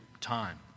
time